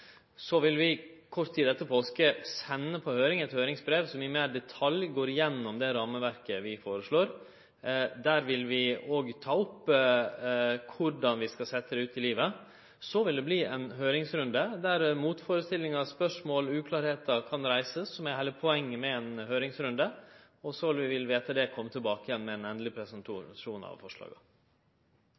Kort tid etter påske vil vi sende ut eit høyringsbrev som meir i detalj går igjennom det rammeverket vi foreslår. Der vil vi òg ta opp korleis vi skal setje det ut i livet. Så vil det bli ein høyringsrunde der motførestellingar, spørsmål og uklarheiter kan reisast, noko som er poenget med ein høyringsrunde. Etter det vil vi kome tilbake med ein endeleg presentasjon av